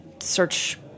search